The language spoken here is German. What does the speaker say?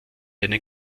eine